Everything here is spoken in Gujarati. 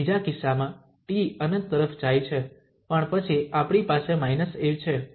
બીજા કિસ્સામાં t ∞ તરફ જાય છે પણ પછી આપણી પાસે −a છે